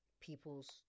people's